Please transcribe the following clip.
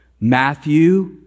Matthew